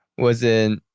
was it?